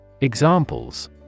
Examples